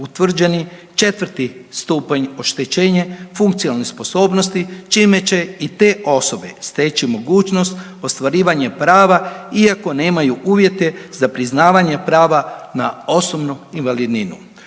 utvrđeni 4. stupanj oštećenje .../Govornik se ne razumije./... sposobnosti, čime će i te osobe steći mogućnost ostvarivanje prava iako nemaju uvjete za priznavanje prava na osobnu invalidninu.